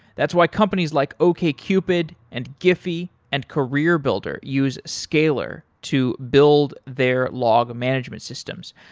that's why companies like okcupid and giffy and careerbuilder use scalyr to build their log management systems.